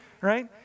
Right